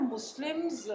Muslims